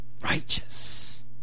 righteous